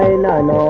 nine